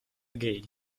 gay